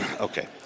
Okay